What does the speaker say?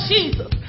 Jesus